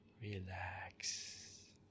Relax